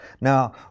Now